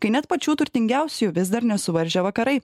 kai net pačių turtingiausiųjų vis dar nesuvaržė vakarai